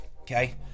okay